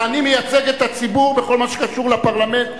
ואני מייצג את הציבור בכל מה שקשור לפרלמנט.